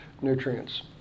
nutrients